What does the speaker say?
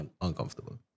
uncomfortable